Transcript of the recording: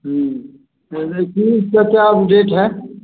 का क्या रेट है